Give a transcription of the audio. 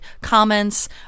comments